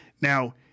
Now